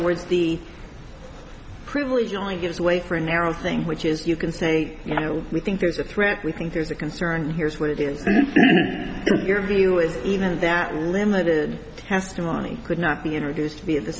the privilege only gives way for a narrow thing which is you can say you know we think there's a threat we think there's a concern here's what it is your view is even that limited testimony could not be introduced to be a